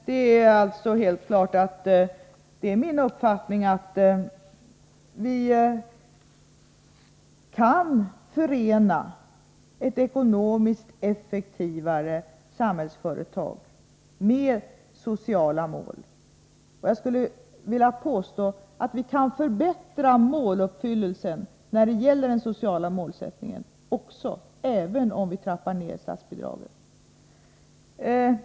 Det är alltså helt klart att det är min uppfattning att vi kan förena ett ekonomiskt effektivare Samhällsföretag med sociala mål. Och jag skulle vilja påstå att vi kan förbättra måluppfyllelsen när det gäller den sociala målsättningen även om vi trappar ned statsbidraget.